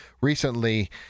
recently